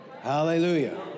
hallelujah